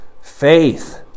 Faith